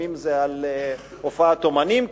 לפעמים זה על הופעת אמנים,